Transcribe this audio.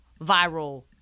viral